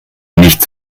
nicht